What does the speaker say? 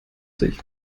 sich